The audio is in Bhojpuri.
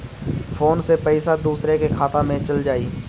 फ़ोन से पईसा दूसरे के खाता में चल जाई?